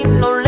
no